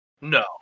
no